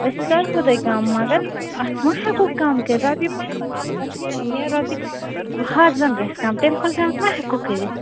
أسۍ کَرہو تۄہہِ کَم مگر اَتھ مَہ ہٮ۪کو کَم کٔرِتھ رۄپیہِ پَنٛژاہ زَن گژھن کَم یا رۄپیہِ ہَتھ زَن گژھِ کَم تَمۍ کھۄتہٕ زیادٕ مَہ ہٮ۪کو کٔرِتھ